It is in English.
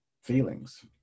feelings